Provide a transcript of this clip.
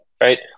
right